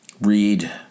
read